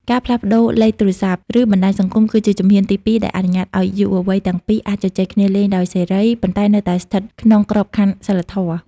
ការផ្លាស់ប្តូរលេខទូរស័ព្ទ ឬបណ្ដាញសង្គមគឺជាជំហានទីពីរ ដែលអនុញ្ញាតឱ្យយុវវ័យទាំងពីរអាចជជែកគ្នាលេងដោយសេរី ប៉ុន្តែនៅតែស្ថិតក្នុងក្របខ័ណ្ឌសីលធម៌។